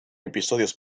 episodios